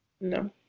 No